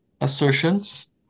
assertions